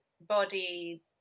body